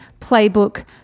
playbook